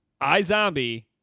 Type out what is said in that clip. iZombie